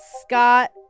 Scott